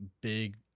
big